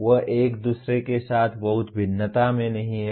वे एक दूसरे के साथ बहुत भिन्नता में नहीं हैं